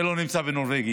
מי לא נמצא בנורווגי.